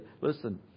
Listen